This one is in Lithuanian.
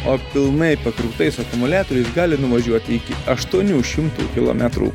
o pilnai pakrautais akumuliatoriais gali nuvažiuot iki aštuonių šimtų kilometrų